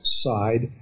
side